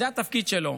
זה התפקיד שלו,